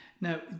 Now